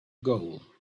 goal